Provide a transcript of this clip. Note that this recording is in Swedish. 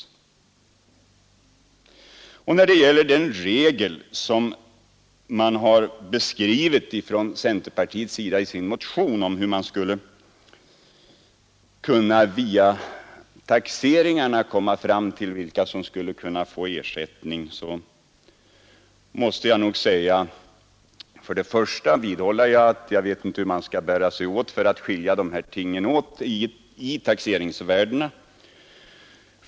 När det gäller den i motionen från centerpartiet beskrivna regeln för hur man via taxeringarna skulle komma fram till vilka som skulle kunna få ersättning måste jag säga följande. För det första vidhåller jag att jag inte vet hur man skall göra för att skilja dessa ting åt i taxeringsvärdena.